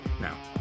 now